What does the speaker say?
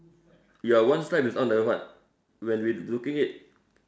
your one stripe is on the what when we looking it